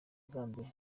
zambia